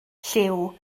lliw